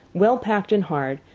well packed and hard,